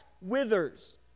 withers